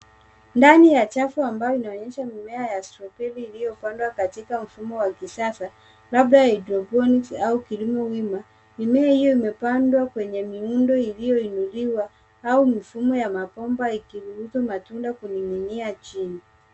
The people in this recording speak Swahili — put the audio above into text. Ndani ya chafu ambayo inaonyesha miema ya strawberry iliyopandwa katika mfumo wa kisasa, labda hydroponics au kilimo wima. Mimea hiyo imepandwa kwenye miundo iliyoinuliwa au mifumo ya mabomba ikiruhusu matunda kuning'inia chini.